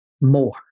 more